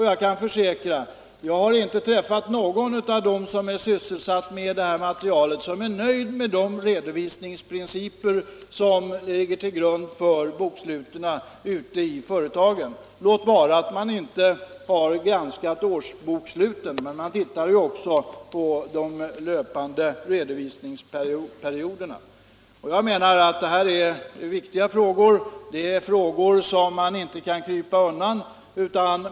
Jag kan försäkra att inte någon av dem som jag har träffat och som sysslat med detta material är nöjd med de redovisningsprinciper som ligger till grund för boksluten ute i företagen. Låt vara att man inte har granskat årsboksluten, men man tittar ju även på de löpande redovisningarna. Jag anser att detta är viktiga frågor, som man inte kan krypa undan.